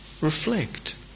reflect